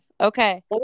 Okay